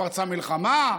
פרצה מלחמה?